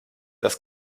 das